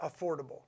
affordable